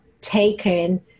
taken